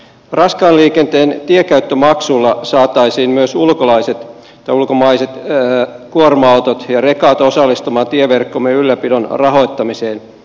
raskaan liikenteen tienkäyttömaksulla saataisiin myös ulkomaiset kuorma autot ja rekat osallistumaan tieverkkomme ylläpidon rahoittamiseen